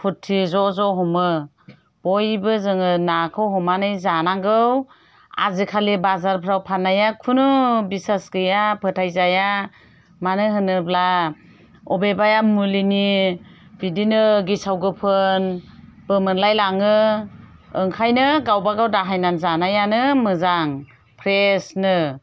फुरथि ज' ज' हमो बयबो जोङो नाखौ हमनानै जानांगौ आजिखालि बाजारफ्राव फाननाया खुनु बिसास गैया फोथाय जाया मानो होनोब्ला अबेबाया मुलिनि बिदिनो गेसाव गोफोनबो मोनलाय लाङो ओंखायनो गावबागाव दाहायना जानायानो मोजां फ्रेशनो